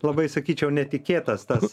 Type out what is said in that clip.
labai sakyčiau netikėtas tas